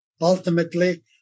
ultimately